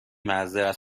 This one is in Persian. معذرت